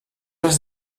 els